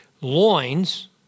loins